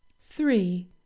three